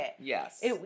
Yes